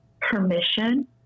permission